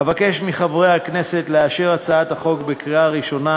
אבקש מחברי הכנסת לאשר את הצעת החוק בקריאה ראשונה